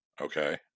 Okay